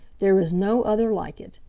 there is no other like it.